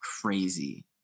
crazy